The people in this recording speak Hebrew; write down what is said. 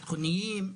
ביטחוניים,